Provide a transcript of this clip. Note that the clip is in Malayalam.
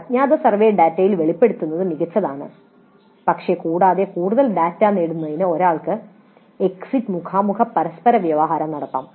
അജ്ഞാത സർവേ ഡാറ്റയിൽ വെളിപ്പെടുത്തുന്നത് മികച്ചതാണ് പക്ഷേ കൂടാതെ കൂടുതൽ ഡാറ്റ നേടുന്നതിന് ഒരാൾക്ക് ഒരു എക്സിറ്റ് മുഖാമുഖ പരസ്പരവ്യവഹാരം നടത്താം